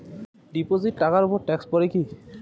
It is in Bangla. ডিপোজিট টাকার উপর ট্যেক্স পড়ে কি?